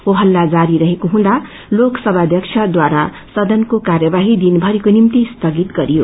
हो इल्ला जारी रहेको हुँदा लोकसभाध्यक्षद्वारा सदनको कार्यवाही दिनभरिको निम्ति स्थगित गरियो